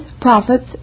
profits